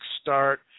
start